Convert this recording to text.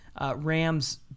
Rams